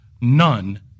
None